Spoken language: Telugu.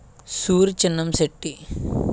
సూరి చిన్నంశెట్టి